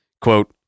Quote